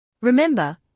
Remember